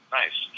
nice